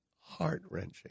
heart-wrenching